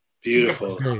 Beautiful